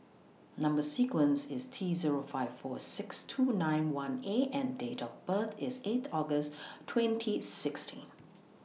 Number sequence IS T Zero five four six two nine one A and Date of birth IS eight August twenty sixteen